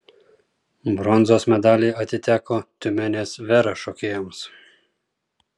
bronzos medaliai atiteko tiumenės vera šokėjams